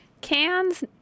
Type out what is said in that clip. cans